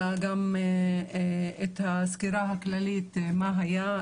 אלא גם את הסקירה הכללית מה היה,